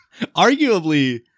arguably